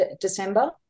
December